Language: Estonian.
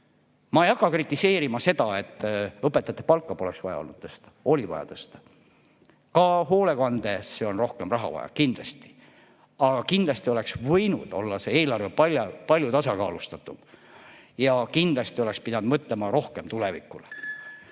Ma ei hakka kritiseerima ega ütlema, et õpetajate palka poleks olnud vaja tõsta. Oli vaja tõsta. Ka hoolekandesse on rohkem raha vaja. Kindlasti. Aga kindlasti oleks võinud see eelarve olla palju tasakaalustatum ja kindlasti oleks pidanud mõtlema rohkem tulevikule.